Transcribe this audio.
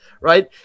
right